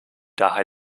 daher